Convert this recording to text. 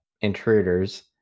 intruders